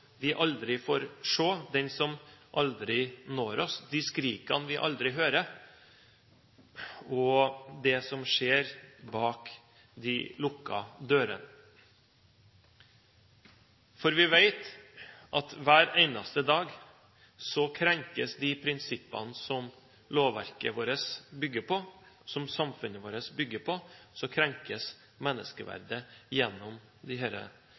vi aldri får se, den som aldri når oss, de skrikene vi aldri hører, og det som skjer bak de lukkede dørene? For vi vet at hver eneste dag krenkes de prinsippene som lovverket vårt bygger på, som samfunnet vårt bygger på, og så krenkes menneskeverdet gjennom